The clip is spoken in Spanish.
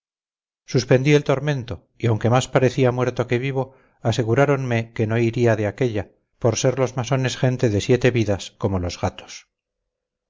suspendí el tormento y aunque más parecía muerto que vivo aseguráronme que no iría de aquella por ser los masones gente de siete vidas como los gatos